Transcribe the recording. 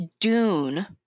dune